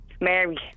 Mary